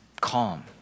calm